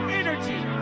energy